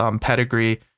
pedigree